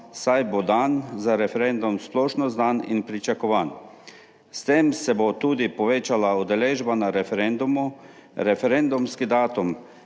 saj bo dan za referendum splošno znan in pričakovan. S tem se bo tudi povečala udeležba na referendumu. Referendumski datum